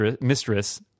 mistress